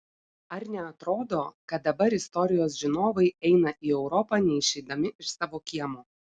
ar neatrodo kad dabar istorijos žinovai eina į europą neišeidami iš savo kiemo